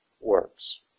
works